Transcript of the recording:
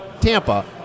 Tampa